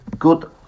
Good